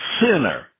sinner